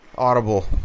Audible